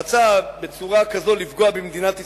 רצה בצורה כזאת לפגוע במדינת ישראל,